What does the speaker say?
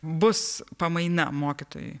bus pamaina mokytojui